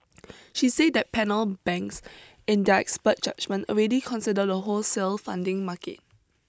she said the panel banks in their expert judgement already consider the wholesale funding market